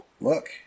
look